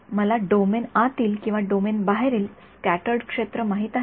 मला डोमेन आतील किंवा डोमेन बाहेरील स्क्याटर्ड क्षेत्र माहित आहे का